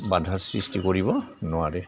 বাধাৰ সৃষ্টি কৰিব নোৱাৰে